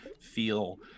feel